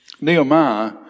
Nehemiah